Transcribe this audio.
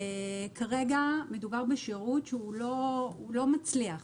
כרגע מדובר בשירות שהוא לא מצליח,